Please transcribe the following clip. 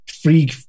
free